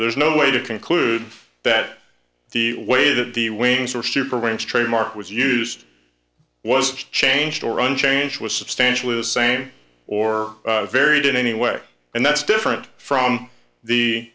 there's no way to conclude that the way that the wings were superman's trademark was used was changed or unchanged was substantially the same or very did anyway and that's different from the